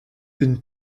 une